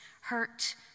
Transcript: hurt